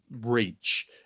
reach